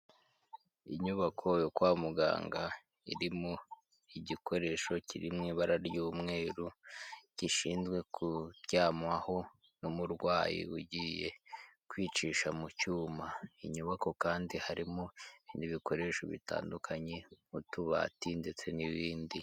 Inyubako yo kwa muganga irimo igikoresho kiri mu ibara ry'umweru, gishinzwe kuryamwaho n'umurwayi ugiye kwicisha mu cyuma. Inyubako kandi harimo n'ibikoresho bitandukanye, nk'utubati ndetse n'ibindi.